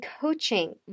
coaching